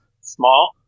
small